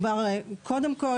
קודם כל,